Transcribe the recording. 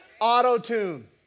auto-tune